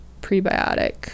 prebiotic